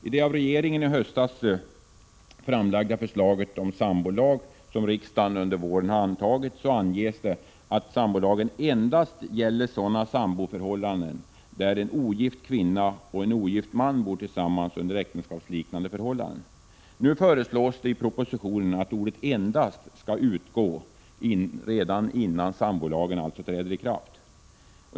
I det av regeringen i höstas framlagda förslaget om sambolag, som riksdagen under våren har antagit, anges att sambolagen endast gäller sådana samboförhållanden där en ogift kvinna och en ogift man bor tillsammans under äktenskapsliknande former. Nu föreslås det i propositionen att ordet ”endast” skall utgå redan innan sambolagen träder i kraft.